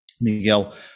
Miguel